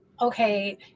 okay